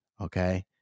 Okay